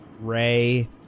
Ray